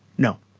no.